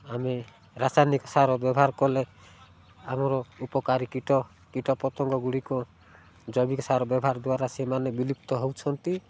ଆମେ ରାସାୟନିକ ସାର ବ୍ୟବହାର କଲେ ଆମର ଉପକାରୀ କୀଟ କୀଟପତଙ୍ଗଗୁଡ଼ିକ ଜୈବିକ ସାର ବ୍ୟବହାର ଦ୍ୱାରା ସେମାନେ ବିଲୁପ୍ତ ହେଉଛନ୍ତି